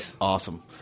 awesome